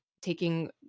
taking